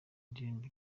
ndirimbo